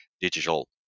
digital